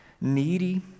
needy